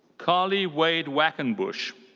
carley wade quackenbush.